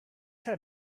head